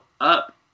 up